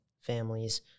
families